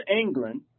England